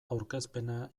aurkezpena